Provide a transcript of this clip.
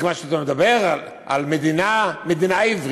מכיוון שאתה מדבר על מדינה עברית,